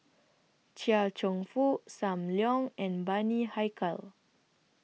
Chia Cheong Fook SAM Leong and Bani Haykal